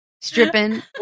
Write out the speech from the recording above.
stripping